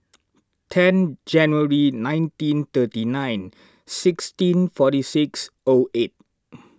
ten January nineteen thirty nine sixteen forty six O eight